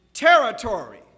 Territory